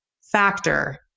factor